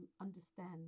understand